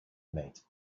meat